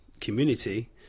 community